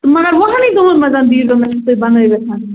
تہٕ مگر وُہَنٕے دۄہَن منٛز دِیٖزٮ۪و مےٚ تُہۍ بَنٲوِتھ